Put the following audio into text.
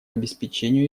обеспечению